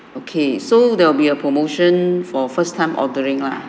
okay so there will be a promotion for first time ordering lah